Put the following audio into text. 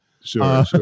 sure